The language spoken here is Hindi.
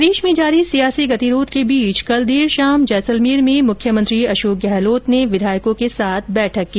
प्रदेश में जारी सियासी गतिरोध के बीच कल देर शाम जैसलमेर में मुख्यमंत्री अशोक गहलोत ने विधायकों के साथ बैठक की